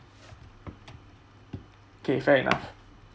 okay fair enough